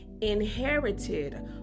inherited